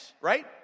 right